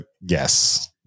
yes